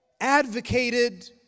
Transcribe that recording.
advocated